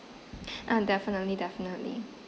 um definitely definitely